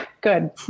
Good